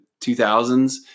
2000s